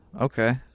Okay